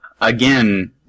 again